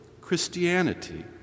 Christianity